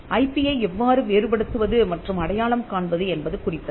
ஐபியை எவ்வாறு வேறுபடுத்துவது மற்றும் அடையாளம் காண்பது என்பது குறித்தது